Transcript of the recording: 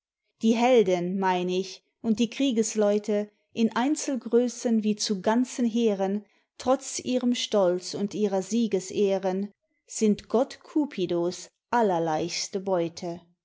die helden mein ich und die kriegesleute in einzelgrößen wie zu ganzen heeren trotz ihrem stolz und ihrer siegesehren sind gott cupido's allerleichtste beute